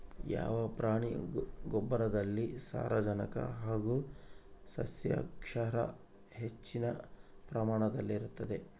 ಯಾವ ಪ್ರಾಣಿಯ ಗೊಬ್ಬರದಲ್ಲಿ ಸಾರಜನಕ ಹಾಗೂ ಸಸ್ಯಕ್ಷಾರ ಹೆಚ್ಚಿನ ಪ್ರಮಾಣದಲ್ಲಿರುತ್ತದೆ?